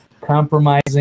compromising